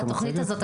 התוכנית הזאת,